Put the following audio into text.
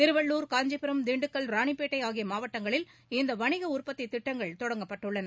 திருவள்ளூர் காஞ்சிபுரம் திண்டுக்கல் ராணிப்பேட்டை ஆகிய மாவட்டங்களில் இந்த வணிக உற்பத்தி திட்டங்கள் தொடங்கப்பட்டுள்ளன